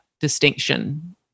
distinction